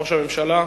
ראש הממשלה,